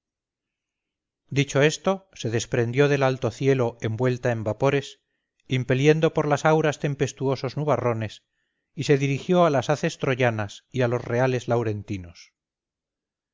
dicho esto se desprendió del alto cielo envuelta en vapores impeliendo por las auras tempestuosos nubarrones y se dirigió a las haces troyanas y a los reales laurentinos